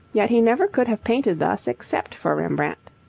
yet he never could have painted thus except for rembrandt.